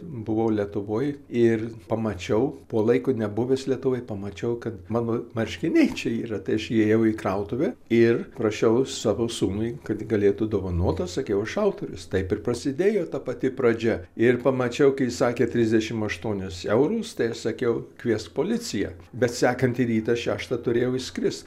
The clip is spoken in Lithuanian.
buvau lietuvoj ir pamačiau po laiko nebuvęs lietuvoj pamačiau kad mano marškiniai čia yra tai aš įėjau į krautuvę ir parašiau savo sūnui kad galėtų dovanotą sakiau aš autorius taip ir prasidėjo ta pati pradžia ir pamačiau kai sakė trisdešim aštuonius eurus tai sakiau kviesk policiją bet sekantį rytą šeštą turėjau išskrist